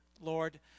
Lord